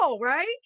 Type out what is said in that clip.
right